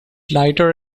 lighter